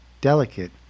delicate